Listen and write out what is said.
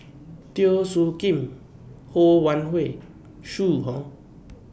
Teo Soon Kim Ho Wan Hui Zhu Hong